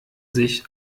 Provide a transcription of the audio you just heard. sich